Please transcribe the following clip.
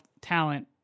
talent